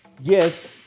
yes